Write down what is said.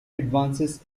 advances